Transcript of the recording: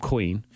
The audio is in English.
Queen